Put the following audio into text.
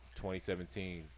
2017